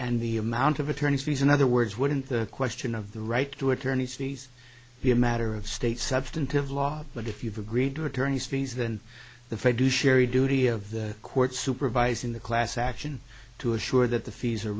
and the amount of attorney's fees in other words wouldn't the question of the right to attorney's fees be a matter of state substantive law but if you've agreed to attorney's fees than the fed do sherry duty of the court supervising the class action to assure that the fees are